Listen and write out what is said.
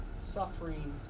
suffering